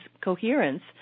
coherence